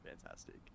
fantastic